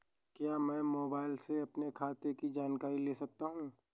क्या मैं मोबाइल से अपने खाते की जानकारी ले सकता हूँ?